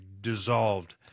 dissolved